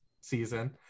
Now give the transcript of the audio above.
season